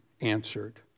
answered